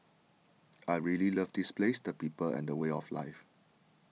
I really love this place the people and the way of life